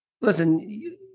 listen